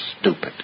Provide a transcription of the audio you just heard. stupid